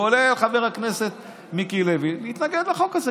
כולל חבר הכנסת מיקי לוי שהתנגד לחוק הזה,